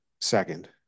second